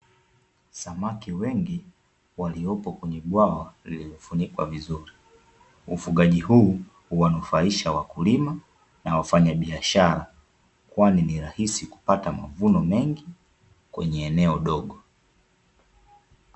Samaki wengi waliopo kwenye bwawa lililofunikwa vizuri. Ufugaji huu huwanufaisha wakulima na wafanyabiashara, kwani ni rahisi kupata mavuno mengi kwenye eneo dogo.